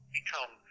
become